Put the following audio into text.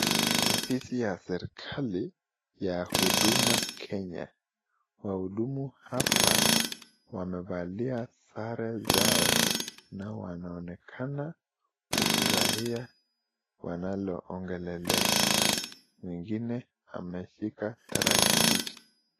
Ofisi ya serekali ya huduma kenya waudumu hapa wamevalia sare zao na wanaonekana kufurahia wanaloongelelea wengine wameshika darakilishi.